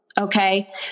Okay